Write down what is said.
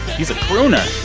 he's a crooner